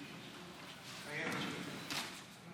מתחייב אני סמי